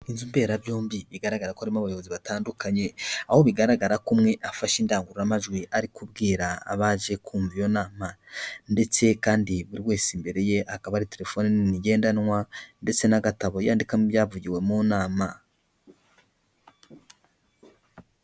Inzu mberabyombi bigaragara ko harimo abayobozi batandukanye, aho bigaragara ko umwe afashe indangururamajwi ari kubwira abaje kumva iyo nama ndetse kandi buri wese imbere ye, hakaba hari telefoni ngendanwa ndetse n'agatabo yandikamo ibyavugiwe mu nama.